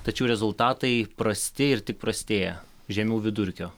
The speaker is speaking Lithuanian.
tačiau rezultatai prasti ir tik prastėja žemiau vidurkio